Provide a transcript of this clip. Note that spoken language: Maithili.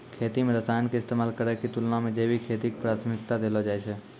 खेती मे रसायन के इस्तेमाल करै के तुलना मे जैविक खेती के प्राथमिकता देलो जाय छै